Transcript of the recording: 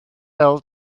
fel